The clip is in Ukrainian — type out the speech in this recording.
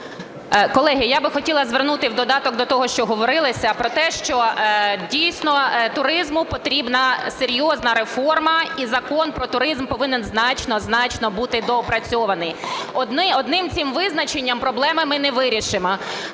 Колеги, я би хотіла звернути в додаток до того, що говорилося, про те, що, дійсно, туризму потрібна серйозна реформа і Закон "Про туризм" повинен значно-значно бути доопрацьований. Одним цим визначенням проблеми ми не вирішимо.